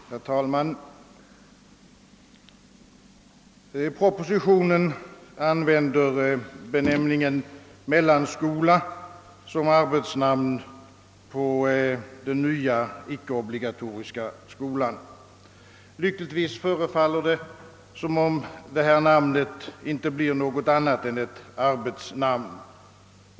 Herr talman! I förevarande proposition används benämningen mellanskola som arbetsnamn på den nya icke-obligatoriska skolan. Lyckligtvis förefaller det som om detta namn icke blir något annat än ett arbetsnamn.